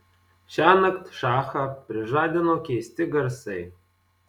šiąnakt šachą prižadino keisti garsai